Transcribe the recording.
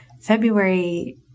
February